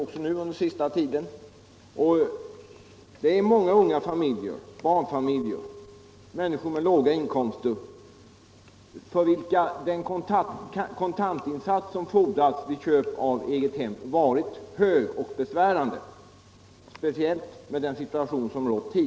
För många unga familjer, barnfamiljer och människor med låga inkomster är den kontantinsats som fordras för köp av ett eget hem hög och besvärande, speciellt i den situation som tidigare rått.